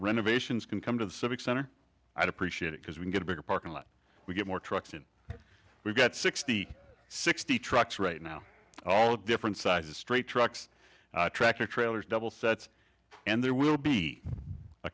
renovations can come to the civic center i'd appreciate it because we get a bigger parking lot we get more trucks and we've got sixty sixty trucks right now all different sizes straight trucks tractor trailers double sets and there will be a